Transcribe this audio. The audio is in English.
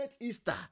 Easter